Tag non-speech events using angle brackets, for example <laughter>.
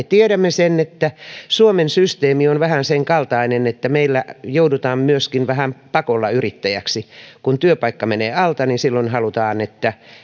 <unintelligible> tiedämme sen että suomen systeemi on vähän sen kaltainen että meillä joudutaan myöskin vähän pakolla yrittäjäksi kun työpaikka menee alta niin silloin halutaan että